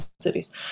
cities